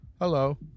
Hello